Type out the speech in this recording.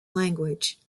language